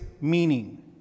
meaning